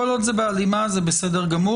כל עוד זה בהלימה, זה בסדר גמור.